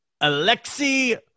Alexei